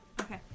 okay